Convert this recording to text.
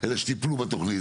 אלה שטיפלו בתוכנית.